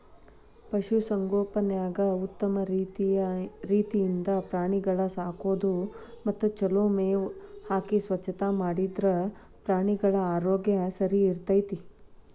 ಪಶು ಸಂಗೋಪನ್ಯಾಗ ಉತ್ತಮ ರೇತಿಯಿಂದ ಪ್ರಾಣಿಗಳ ಸಾಕೋದು ಮತ್ತ ಚೊಲೋ ಮೇವ್ ಹಾಕಿ ಸ್ವಚ್ಛತಾ ಮಾಡಿದ್ರ ಪ್ರಾಣಿಗಳ ಆರೋಗ್ಯ ಸರಿಇರ್ತೇತಿ